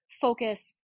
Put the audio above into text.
focus